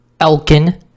Elkin